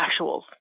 actuals